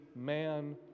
man